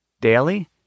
daily